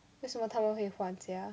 为什么他们会换 sia